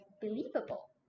believable